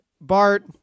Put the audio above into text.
bart